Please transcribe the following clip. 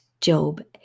Job